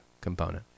component